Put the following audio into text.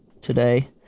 today